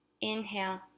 Inhale